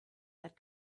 that